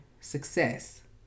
success